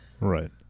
Right